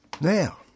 Now